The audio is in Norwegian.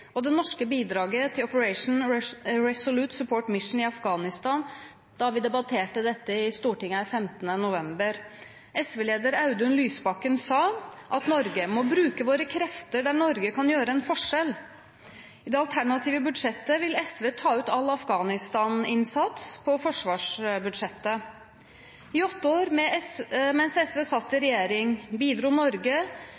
og det norske bidraget til Operation Resolute Support Mission i Afghanistan da vi debatterte dette i Stortinget den 15. november. SV-leder Audun Lysbakken sa at Norge må bruke sine krefter der Norge kan gjøre en forskjell. I det alternative budsjettet vil SV fjerne all Afghanistan-innsats i forsvarsbudsjettet. I åtte år, mens SV satt i